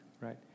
right